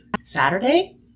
Saturday